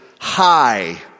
high